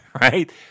right